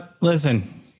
Listen